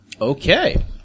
Okay